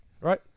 right